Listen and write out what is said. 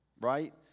right